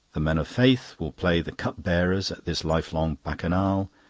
the men of faith will play the cup-bearers at this lifelong bacchanal,